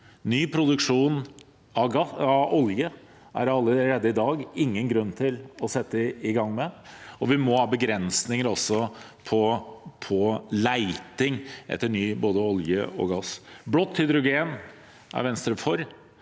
Ny produksjon av olje er det allerede i dag ingen grunn til å sette i gang med, og vi må ha begrensninger på leting etter både olje og gass. Blått hydrogen er Venstre for,